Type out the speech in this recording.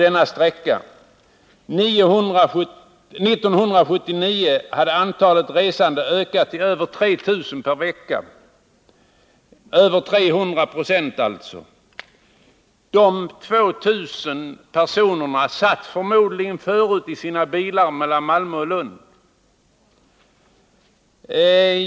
1979 hade antalet resande ökat till över 3 000 per vecka — dvs. med mer än 300 20. Det 2 000 personerna satt förmodligen förut i sina bilar och körde mellan Malmö och Lund.